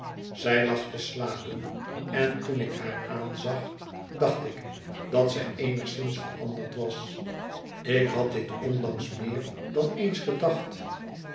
zij lag te slapen en toen ik haar aanzag dacht ik dat zij eenigszins veranderd was ik had dit onlangs meer dan eens gedacht